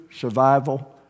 survival